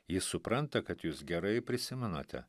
jis supranta kad jūs gerai prisimenate